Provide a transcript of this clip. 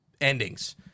endings